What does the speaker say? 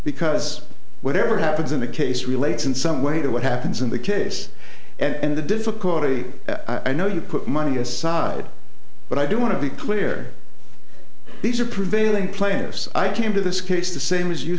because whatever happens in the case relates in some way to what happens in the case and the difficulty i know you put money aside but i do want to be clear these are prevailing plaintiffs i came to this case the same as you